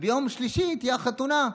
וביום שלישי תהיה החתונה,